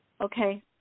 Okay